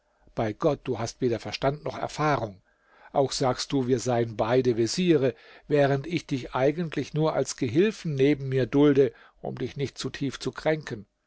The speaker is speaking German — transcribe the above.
bei gott du hast weder verstand noch erfahrung auch sagst du wir seien beide veziere während ich dich eigentlich nur als gehilfen neben mir dulde um dich nicht zu tief zu kränken